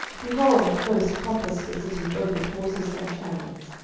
behold, an host compassed the city both with horses and chariots.